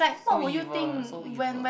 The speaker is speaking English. so evil so evil